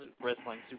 Wrestling